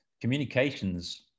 communications